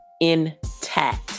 intact